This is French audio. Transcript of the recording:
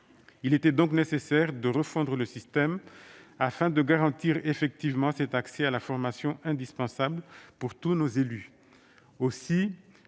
Il était donc nécessaire de refondre le système, afin de garantir effectivement cet accès à la formation indispensable pour tous nos élus. Aussi,